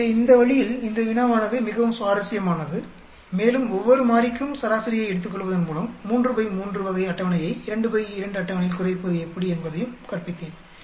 எனவே இந்த வழியில் இந்த வினாவானது மிகவும் சுவாரஸ்யமானது மேலும் ஒவ்வொரு மாறிக்கும் சராசரியை எடுத்துக்கொள்வதன் மூலம் 3 பை 3 வகை அட்டவணையை 2 பை 2 அட்டவணையில் குறைப்பது எப்படி என்பதையும் கற்பித்தேன்